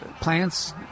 plants